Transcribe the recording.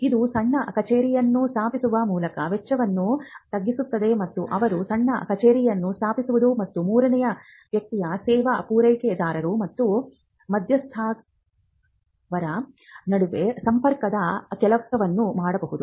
ಇದು ಸಣ್ಣ ಕಚೇರಿಯನ್ನು ಸ್ಥಾಪಿಸುವ ಮೂಲಕ ವೆಚ್ಚವನ್ನು ತಗ್ಗಿಸುತ್ತದೆ ಮತ್ತು ಅವರು ಸಣ್ಣ ಕಚೇರಿಯನ್ನು ಸ್ಥಾಪಿಸಬಹುದು ಮತ್ತು ಮೂರನೇ ವ್ಯಕ್ತಿಯ ಸೇವಾ ಪೂರೈಕೆದಾರರು ಮತ್ತು ಮಧ್ಯಸ್ಥಗಾರರ ನಡುವೆ ಸಂಪರ್ಕದ ಕೆಲಸವನ್ನು ಮಾಡಬಹುದು